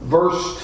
verse